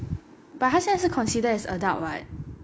but 它现在是 consider as adult [what]